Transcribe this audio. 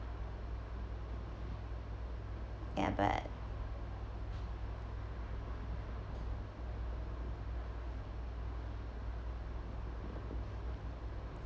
ya but